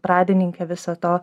pradininkė viso to